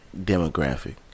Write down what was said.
demographic